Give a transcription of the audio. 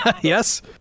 Yes